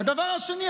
הדבר השני,